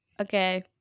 okay